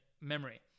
memory